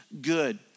good